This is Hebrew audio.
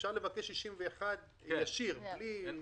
שאפשר לבקש אישור לעניין סעיף 61 באופן ישיר.